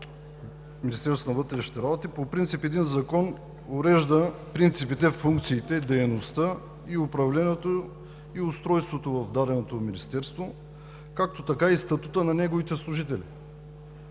Министерството на вътрешните работи. По принцип един закон урежда принципите, функциите, дейността, управлението и устройството в даденото министерство, така и статута на неговите служители.